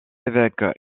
évêque